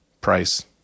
price